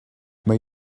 may